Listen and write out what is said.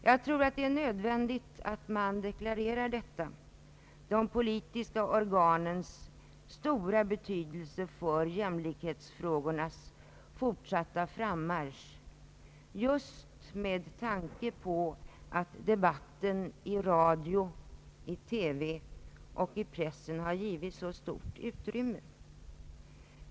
Jag tror det är nödvändigt att deklarera de politiska organens stora betydelse för jämlikhetsfrågornas fortsatta frammarsch, just med tanke på att debatten i radio, TV och press har givits så stort utrymme.